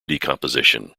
decomposition